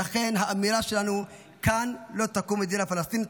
ולכן, האמירה שלנו: כאן לא תקום מדינה פלסטינית.